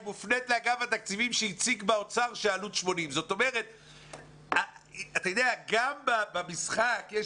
היא מופנית לאגף התקציבים שהציג באוצר שהעלות 80. גם במשחק יש